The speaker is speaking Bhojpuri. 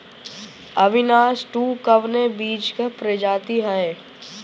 अविनाश टू कवने बीज क प्रजाति ह?